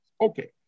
Okay